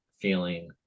feeling –